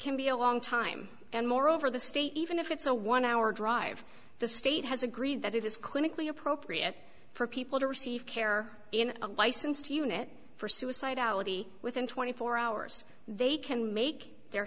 can be a long time and moreover the state even if it's a one hour drive the state has agreed that it is clinically appropriate for people to receive care in a licensed unit for suicide audi within twenty four hours they can make their